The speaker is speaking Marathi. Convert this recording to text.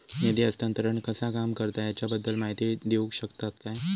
निधी हस्तांतरण कसा काम करता ह्याच्या बद्दल माहिती दिउक शकतात काय?